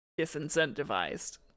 disincentivized